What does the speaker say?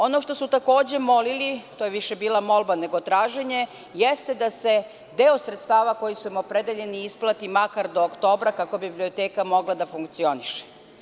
Ono što su takođe molili, to je više bila molba nego traženje, jeste da se deo sredstava koji su im opredeljeni isplati makar do oktobra kako bi biblioteka mogla da funkcioniše.